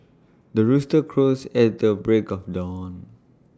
the rooster crows at the break of dawn